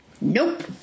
Nope